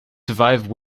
survive